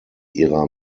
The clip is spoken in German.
ihrer